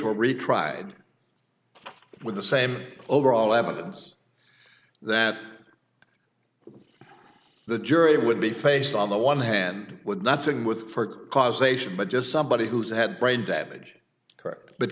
were retried with the same overall evidence that the jury would be faced on the one hand with nothing with for causation but just somebody who's had brain damage correct but